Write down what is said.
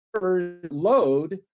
load